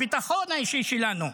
הביטחון האישי שלנו,